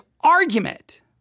argument